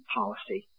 policy